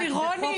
לירון,